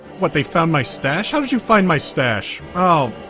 what, they found my stash! how did you find my stash! ow.